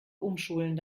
umschulen